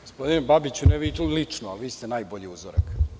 Gospodine Babiću, ne vi tu lično, ali vi ste najbolji uzorak.